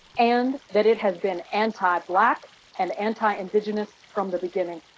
and that it has been anti-black and anti-indigenous from the beginning.